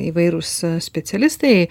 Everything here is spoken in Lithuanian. įvairūs specialistai